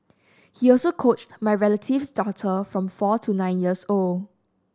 he also coached my relative's daughter from four to nine years old